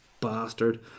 bastard